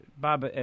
Bob